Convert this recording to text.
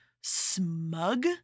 smug